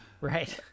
Right